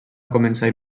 començar